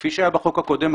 כפי שהיה בחוק הקודם,